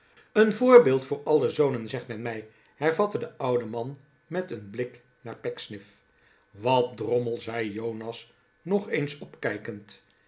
een voorbeeld voor alle zonen zegt men mij hervatte de oude man met een blik naar pecksniff wat drommel zei jonas nog eens opkijkend